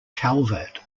calvert